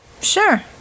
Sure